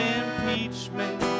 impeachment